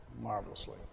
marvelously